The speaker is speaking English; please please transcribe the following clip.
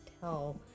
tell